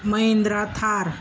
Mahindra Thar